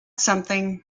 something